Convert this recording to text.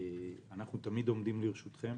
אנחנו תמיד עומדים לרשותכם.